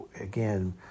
again